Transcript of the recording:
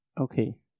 Okay